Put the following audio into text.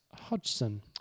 Hodgson